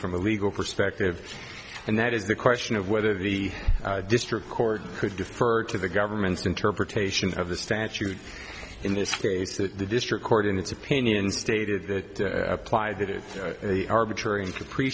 from a legal perspective and that is the question of whether the district court could defer to the government's interpretation of the statute in this case that the district court in its opinion stated that applied that is a arbitrary